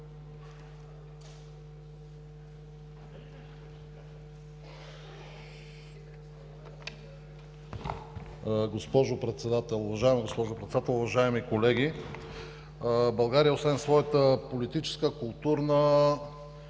България освен своята политическа, културна,